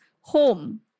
Home